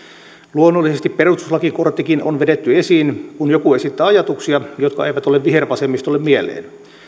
luonnollisesti perustuslakikorttikin on vedetty esiin kun joku esittää ajatuksia jotka eivät ole vihervasemmistolle mieleen